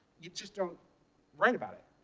you just don't write about it.